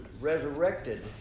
resurrected